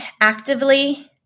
actively